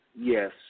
yes